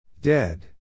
Dead